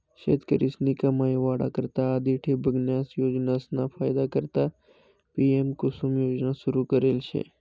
शेतकरीस्नी कमाई वाढा करता आधी ठिबकन्या योजनासना फायदा करता पी.एम.कुसुम योजना सुरू करेल शे